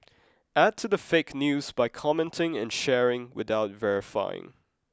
add to the fake news by commenting and sharing without verifying